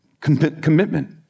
commitment